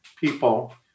people